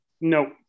No